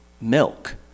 milk